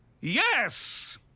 Yes